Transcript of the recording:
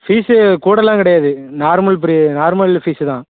fees கூடல்லாம் கிடையாது normal free normal fees தான்